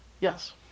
Yes